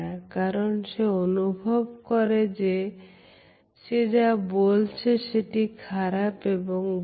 কারণ সে অনুভব করে যে সে যা বলছে সেটি খারাপ এবং ভুল